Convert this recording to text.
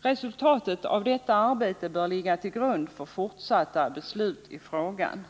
Resultatet av detta arbete bör ligga till grund för fortsatta beslut i frågan.”